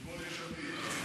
במקום יש עתיד.